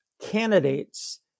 candidates